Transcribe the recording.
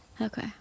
Okay